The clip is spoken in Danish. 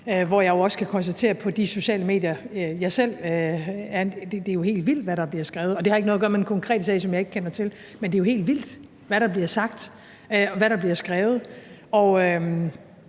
hvor jeg også kan konstatere på de sociale medier, jeg selv er på, at det jo er helt vildt, hvad der bliver skrevet. Og det har ikke noget at gøre med den konkrete sag, som jeg ikke kender til, men det er jo helt vildt, hvad der bliver sagt, og hvad der bliver skrevet.